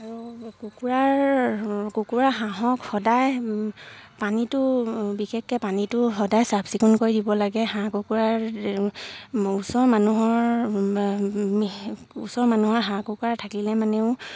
আৰু কুকুৰাৰ কুকুৰা হাঁহক সদায় পানীটো বিশেষকে পানীটো সদায় চাফ চিকুণ কৰি দিব লাগে হাঁহ কুকুৰাৰ ওচৰ মানুহৰ হাঁহ কুকুৰা থাকিলে মানেও